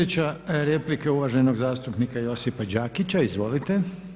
Sljedeća replika je uvaženog zastupnika Josipa Đakića, izvolite.